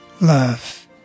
love